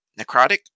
necrotic